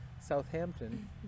southampton